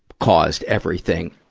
caused everything.